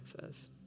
says